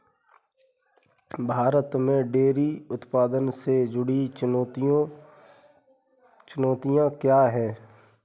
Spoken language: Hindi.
भारत में डेयरी उत्पादन से जुड़ी चुनौतियां क्या हैं?